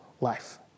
life